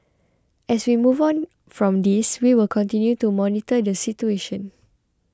as we move on from this we will continue to monitor the situation